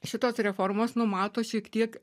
šitos reformos numato šiek tiek